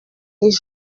les